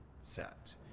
set